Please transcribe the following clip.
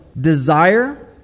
desire